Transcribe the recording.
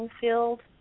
field